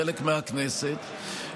חלק מהכנסת,